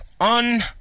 on